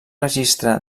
registre